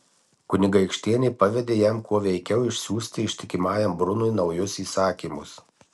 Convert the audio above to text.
kunigaikštienė pavedė jam kuo veikiau išsiųsti ištikimajam brunui naujus įsakymus